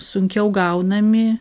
sunkiau gaunami